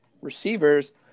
receivers